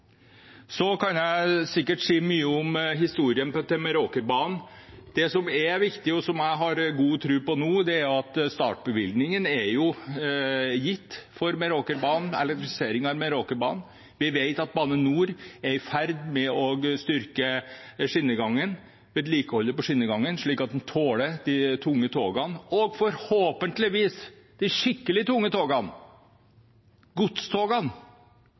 Så kan jeg si mye om historien til Meråkerbanen. Det som er viktig, og som jeg har god tro på nå, er at startbevilgningen er gitt for elektrifisering av Meråkerbanen. Vi vet at Bane NOR er i ferd med å styrke skinnegangen, ha vedlikehold på skinnegangen, slik at den tåler de tunge togene – og forhåpentligvis de skikkelig tunge togene, godstogene.